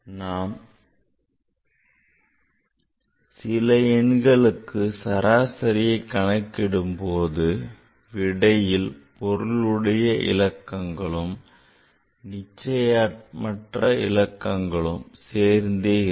நாம் சில எண்களுக்கு சராசரியை கணக்கிடும்போது விடையில் பொருளுடைய இலக்கங்களும் நிச்சயமற்ற இலக்கமும் சேர்ந்தே இருக்கும்